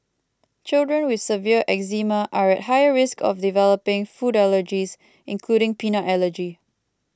children with severe eczema are at higher risk of developing food allergies including peanut allergy